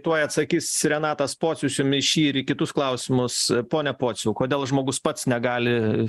tuoj atsakys renatas pocius jum į šį ir į kitus klausimus pone pociau kodėl žmogus pats negali